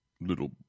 little